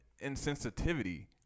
insensitivity